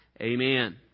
Amen